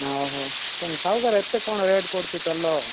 ଅହଃ ତମ ସାହୁକାର ଏତେ କ'ଣ ରେଟ୍ କରୁଛି ତେଲ